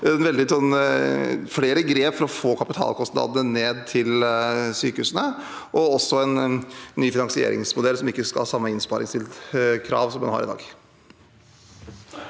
flere grep for å få kapitalkostnadene til sykehusene ned, og også en ny finansieringsmodell som ikke skal ha samme innsparingskrav som vi har i dag.